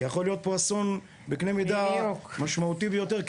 כי יכול להיות פה אסון בקנה מידה משמעותי ביותר,